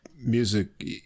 music